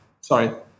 Sorry